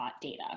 data